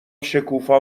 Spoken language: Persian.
شکوفا